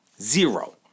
Zero